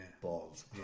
balls